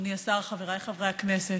אדוני השר, חבריי חברי הכנסת,